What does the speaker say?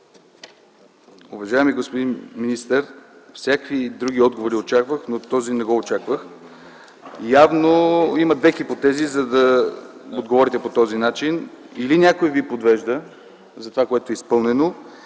Уважаеми господин министър, всякакви други отговори очаквах, но този не го очаквах. Явно има две хипотези, за да отговорите по този начин – или някой Ви подвежда за това, което е изпълнено,